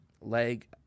leg